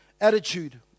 attitude